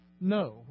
no